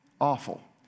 Awful